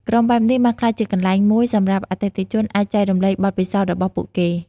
ក្រុមបែបនេះបានក្លាយជាកន្លែងមួយសម្រាប់អតិថិជនអាចចែករំលែកបទពិសោធន៍របស់ពួកគេ។